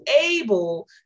able